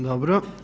Dobro.